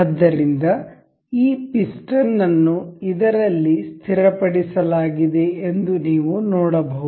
ಆದ್ದರಿಂದ ಈ ಪಿಸ್ಟನ್ ಅನ್ನು ಇದರಲ್ಲಿ ಸ್ಥಿರಪಡಿಸಲಾಗಿದೆ ಎಂದು ನೀವು ನೋಡಬಹುದು